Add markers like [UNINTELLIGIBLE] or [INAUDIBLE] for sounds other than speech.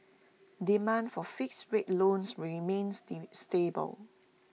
demand for fixed rate loans remains [UNINTELLIGIBLE] stable